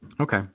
Okay